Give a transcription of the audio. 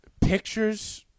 pictures